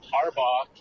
Harbaugh